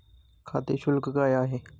खाते शुल्क काय आहे?